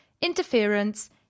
interference